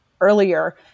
earlier